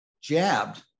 jabbed